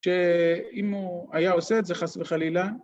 שאם הוא היה עושה את זה, חס וחלילה...